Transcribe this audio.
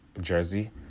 jersey